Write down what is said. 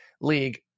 league